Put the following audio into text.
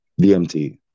DMT